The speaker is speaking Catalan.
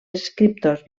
escriptors